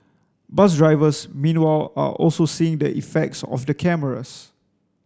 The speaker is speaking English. bus drivers meanwhile are also seeing the effects of the cameras